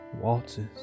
waltzes